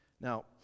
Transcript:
Now